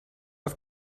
auf